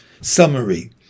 summary